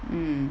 mm